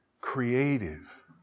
creative